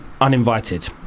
uninvited